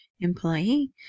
employee